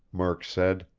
murk said.